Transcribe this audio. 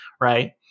Right